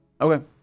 Okay